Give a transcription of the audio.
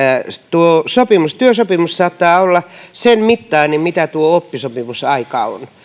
tuo työsopimus saattaa olla sen mittainen mitä tuo oppisopimusaika on